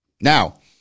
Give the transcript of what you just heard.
Now